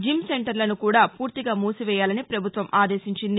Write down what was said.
gym సెంటర్లను కూడా పూర్తిగా మూసి వేయాలని పభుత్వం ఆదేశించింది